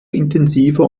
intensiver